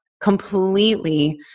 completely